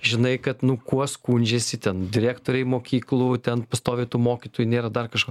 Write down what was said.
žinai kad nu kuo skundžiasi ten direktoriai mokyklų ten pastoviai tų mokytojų nėra dar kažko